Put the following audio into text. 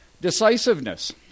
Decisiveness